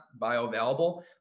bioavailable